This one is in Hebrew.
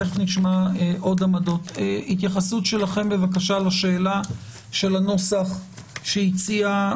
התייחסות שלכם לשאלה של הנוסח שהציעה